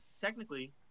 technically